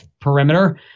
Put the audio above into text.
perimeter